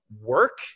work